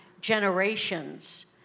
generations